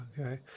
Okay